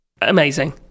Amazing